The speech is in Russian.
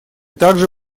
также